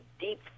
deep